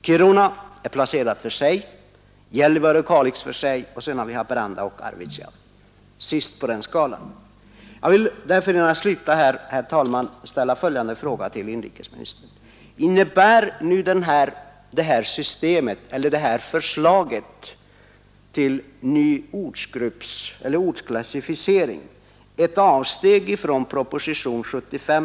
Kiruna är placerat för sig, sedan Gällivare och Kalix och sist på skalan kommer Haparanda och Arvidsjaur. Jag vill därför innan jag slutar, herr talman, ställa följande frågor till inrikesministern: Innebär detta förslag till ny ortsklassificering för det första ett avsteg från proposition nr 75?